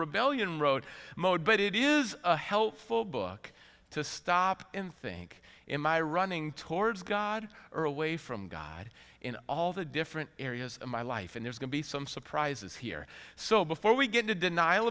rebellion road mode but it is a helpful book to stop and think in my running towards god or a way from god in all the different areas of my life and there's going to be some surprises here so before we get into denial